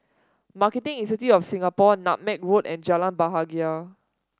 Marketing Institute of Singapore Nutmeg Road and Jalan Bahagia